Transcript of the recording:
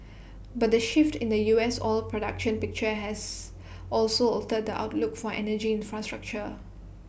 but the shift in the U S oil production picture has also altered the outlook for energy infrastructure